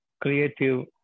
creative